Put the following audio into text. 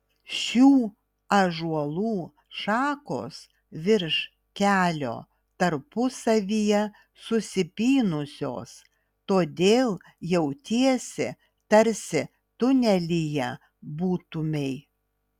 šių ąžuolų šakos virš kelio tarpusavyje susipynusios todėl jautiesi tarsi tunelyje būtumei